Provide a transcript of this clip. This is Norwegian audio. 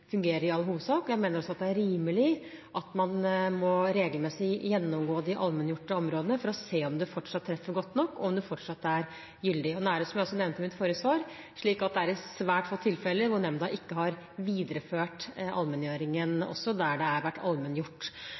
fungerer. Jeg mener også at det er rimelig at man regelmessig må gjennomgå de allmenngjorte områdene for å se om det fortsatt treffer godt nok, og om det fortsatt er gyldig. Og det er – som jeg også nevnte i mitt forrige svar – i svært få tilfeller at nemnda ikke har videreført allmenngjøringen der det har vært allmenngjort.